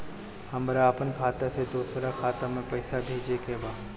हमरा आपन खाता से दोसरा खाता में पइसा भेजे के बा